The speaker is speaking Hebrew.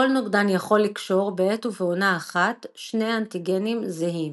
כל נוגדן יכול לקשור בעת ובעונה אחת שני אנטיגנים זהים.